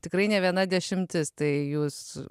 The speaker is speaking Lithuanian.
tikrai ne viena dešimtis tai jūs